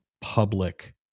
public